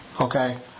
Okay